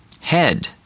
Head